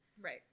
right